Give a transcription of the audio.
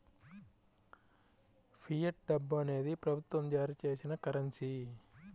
fiat డబ్బు అనేది ప్రభుత్వం జారీ చేసిన కరెన్సీ